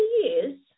years